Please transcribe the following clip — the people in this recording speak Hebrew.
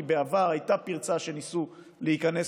כי בעבר הייתה פרצה שניסו להיכנס